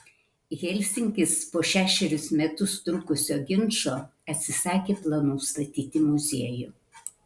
helsinkis po šešerius metus trukusio ginčo atsisakė planų statyti muziejų